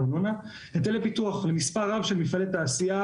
היטלי פיתוח למספר רב של מפעלי תעשייה